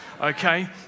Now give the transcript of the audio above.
Okay